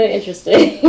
Interesting